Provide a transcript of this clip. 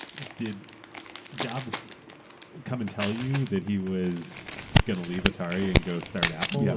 did jobs come and tell you that he was going to leave atari and go start apple? yeah